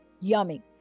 Yummy